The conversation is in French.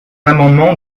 amendement